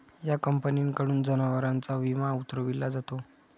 या कंपनीकडून जनावरांचा विमा उतरविला जातो